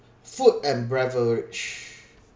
food and beverage